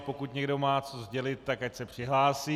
Pokud někdo má co sdělit, tak ať se přihlásí.